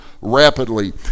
rapidly